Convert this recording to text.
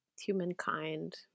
humankind